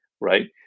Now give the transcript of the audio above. right